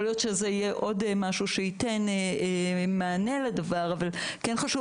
יכול להיות שזה יהיה עוד משהו שייתן מענה לדבר אבל כן חשוב